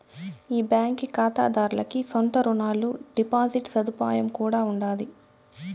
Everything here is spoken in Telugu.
ఈ బాంకీ కాతాదార్లకి సొంత రునాలు, డిపాజిట్ సదుపాయం కూడా ఉండాది